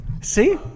See